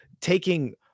taking